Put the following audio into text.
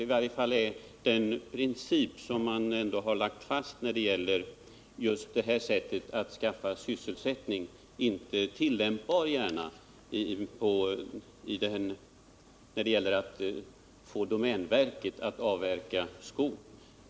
I varje fall är den princip som man här har fastslagit, för att skapa sysselsättning, inte gärna tillämpbar på så sätt att man försöker få domänverket att avverka skog.